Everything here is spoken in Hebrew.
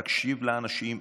תקשיב לאנשים,